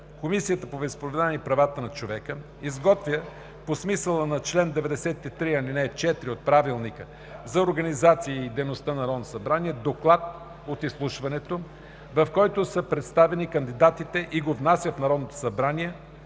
Комисията по вероизповеданията и правата на човека изготвя по смисъла на чл. 93, ал. 4 от Правилника за организацията и дейността на Народното събрание доклад от изслушването, в който са представени кандидатите, и го внася в Народното събрание.